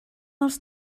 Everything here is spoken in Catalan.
als